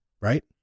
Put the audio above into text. Right